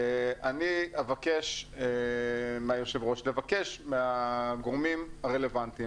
אני אבקש מהיושב-ראש לבקש מהגורמים הרלוונטיים